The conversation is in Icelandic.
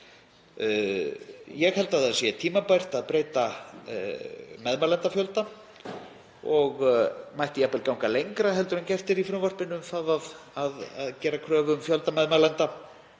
Ég held að það sé tímabært að breyta meðmælendafjölda og mætti jafnvel ganga lengra en gert er í frumvarpinu í því að gera kröfu um fjölda meðmælenda.